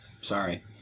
Sorry